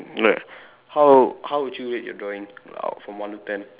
like how how would you rate your drawing out from one to ten